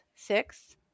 six